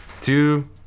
two